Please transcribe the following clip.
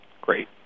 Great